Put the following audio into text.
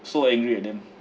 so angry at them